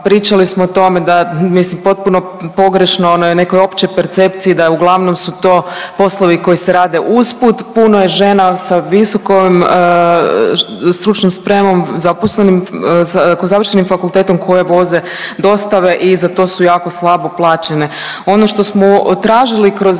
pričali smo o tome da mislim potpuno pogrešnoj onoj nekoj općoj percepciji da uglavnom su to poslovi koji se rade usput, puno je žena sa visokom stručnom spremom zaposlenim, sa završenim fakultetom koje voze dostave i za to su jako slabo plaćene. Ono što smo tražili kroz